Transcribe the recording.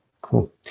Cool